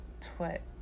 twit